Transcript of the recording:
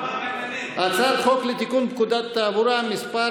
הצעת חוק לתיקון פקודת התעבורה (מס'